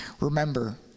Remember